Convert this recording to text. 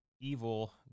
evil